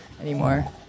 anymore